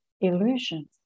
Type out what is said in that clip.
illusions